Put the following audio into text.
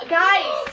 guys